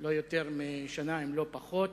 לא יותר משנה, אם לא פחות.